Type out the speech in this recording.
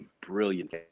brilliant